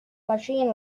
machine